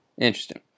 Interesting